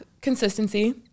consistency